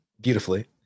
beautifully